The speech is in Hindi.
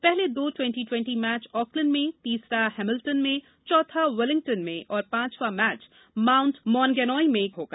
पहले दो ट्वेंटी ट्वेंटी मैच ऑकलैंड में तीसरा हैमिल्टन में चौथा वेलिंग्टन में और पांचवां मैच माउंट मॉन्गैनोई में होगा